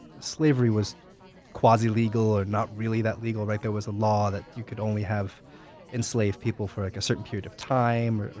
slavery was quasi-legal, not really that legal, right? there was a law that you could only have enslaved people for like a certain period of time?